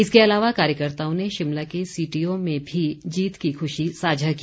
इसके अलावा कार्यकर्ताओं ने शिमला के सीटीओ में भी जीत की ख्रशी साझा की